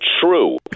true